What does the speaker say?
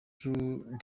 through